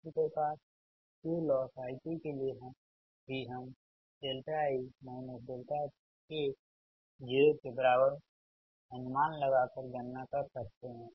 इसी प्रकार Q lossi kके लिए भी हम i k0 अनुमान लगाकर गणना कर सकते हैं